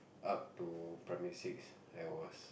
up to primary six I was